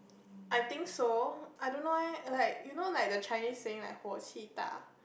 I think so I don't know leh like you know like the Chinese saying like huo qi da